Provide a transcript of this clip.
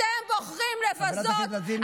אתם בוחרים לבזות,